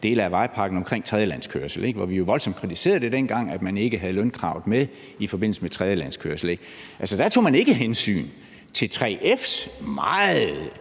dele af vejpakken omkring tredjelandskørsel, hvor vi jo dengang voldsomt kritiserede, at man ikke havde lønkravet med i forbindelse med tredjelandskørsel. Altså, da tog man ikke hensyn til 3F's meget